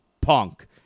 punk